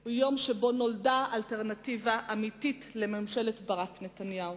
הוא יום שבו נולדה אלטרנטיבה אמיתית לממשלת ברק-נתניהו.